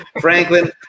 Franklin